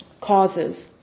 causes